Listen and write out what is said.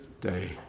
day